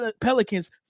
pelicans